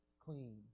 clean